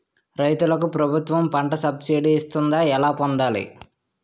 రైతులకు ప్రభుత్వం పంట సబ్సిడీ ఇస్తుందా? ఎలా పొందాలి?